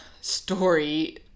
story